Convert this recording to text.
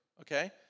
Okay